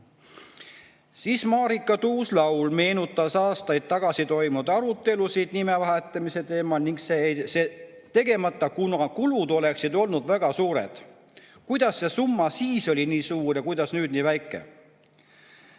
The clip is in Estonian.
ulme. Marika Tuus-Laul meenutas aastaid tagasi toimunud arutelusid nime vahetamise teemal ning see jäi tegemata, kuna kulud oleksid olnud väga suured. Kuidas see summa siis oli nii suur ja kuidas nüüd nii väike?